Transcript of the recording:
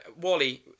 Wally